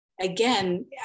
again